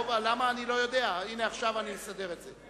טוב, עכשיו אני אסדר את זה.